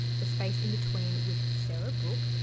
the space inbetween with sara brooke,